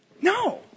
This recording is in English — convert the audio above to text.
No